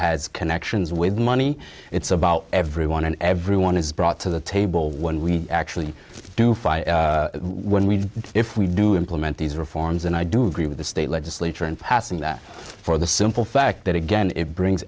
has connections with money it's about everyone and everyone is brought to the table when we actually do find when we if we do implement these reforms and i do agree with the state legislature in passing that for the simple fact that again it brings